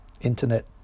internet